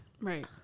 right